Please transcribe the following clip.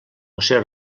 josé